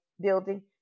building